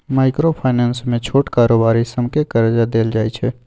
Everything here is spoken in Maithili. माइक्रो फाइनेंस मे छोट कारोबारी सबकेँ करजा देल जाइ छै